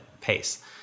pace